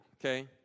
okay